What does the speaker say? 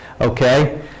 Okay